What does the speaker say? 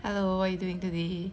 hello what you doing today